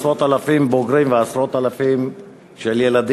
עשרות אלפי בוגרים ועשרות אלפי ילדים,